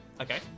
Okay